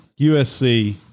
USC